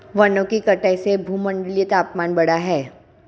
वनों की कटाई से भूमंडलीय तापन बढ़ा है